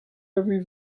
every